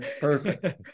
Perfect